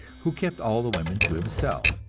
who kept all the women to himself,